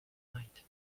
night